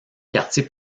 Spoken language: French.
quartiers